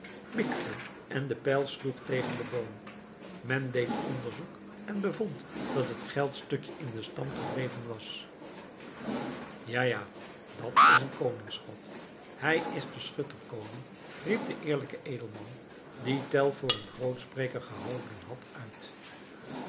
mikte en de pijl sloeg tegen den boom men deed onderzoek en bevond dat het geldstukje in den stam gedreven was ja ja dat is een koningsschot hij is de schutter koning riep de eerlijke edelman die tell voor een grootspreker gehouden had uit